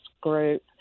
group